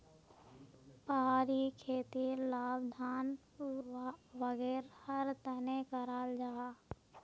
पहाड़ी खेतीर लाभ धान वागैरहर तने कराल जाहा